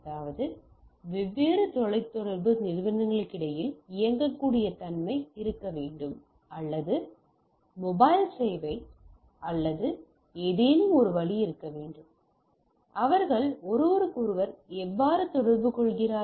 அதாவது வெவ்வேறு தொலைத் தொடர்பு நிறுவனங்களுக்கிடையில் இயங்கக்கூடிய தன்மை இருக்க வேண்டும் அல்லது மொபைல் சேவை அல்லது ஏதேனும் ஒரு வழி இருக்க வேண்டும் அவர்கள் ஒருவருக்கொருவர் எவ்வாறு தொடர்பு கொள்கிறார்கள்